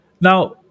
Now